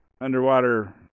underwater